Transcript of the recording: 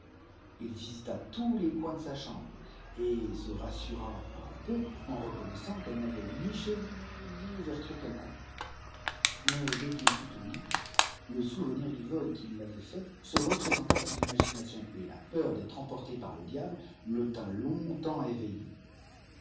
il visita tous les coins de sa chambre et se rassura un peu en reconnaissant qu'elle n'avait ni cheminée ni ouverture quelconque mais dès quil fut au lit le souvenir du vol qu'il avait fait se représenta à son imagination et la peur d'être emporté par le diable le tint longtemps éveillé